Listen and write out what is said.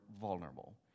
vulnerable